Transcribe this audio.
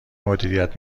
مدیریت